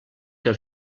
que